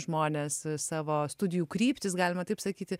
žmonės savo studijų kryptis galima taip sakyti